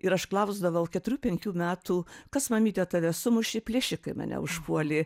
ir aš klausdavau keturių penkių metų kas mamyte tave sumušė plėšikai mane užpuolė